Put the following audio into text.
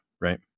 Right